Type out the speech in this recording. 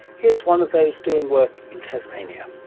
here's one of those doing work in tasmania.